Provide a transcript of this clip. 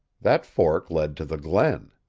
that fork led to the glen.